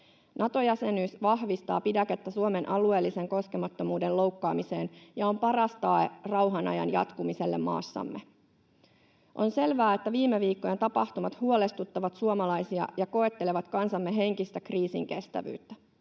Nato-jäsenyys vahvistaa pidäkettä Suomen alueellisen koskemattomuuden loukkaamiseen ja on paras tae rauhanajan jatkumiselle maassamme. On selvää, että viime viikkojen tapahtumat huolestuttavat suomalaisia ja koettelevat kansamme henkistä kriisinkestävyyttä.